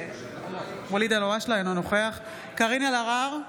אינו נוכח קארין אלהרר,